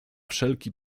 wszelki